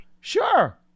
Sure